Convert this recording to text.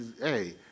Hey